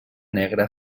negra